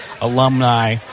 alumni